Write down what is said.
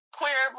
queer